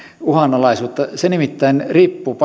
uhanalaisuutta se nimittäin riippuu